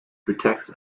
protects